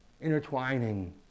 intertwining